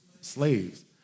Slaves